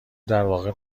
درواقع